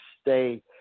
stay